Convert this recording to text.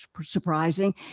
surprising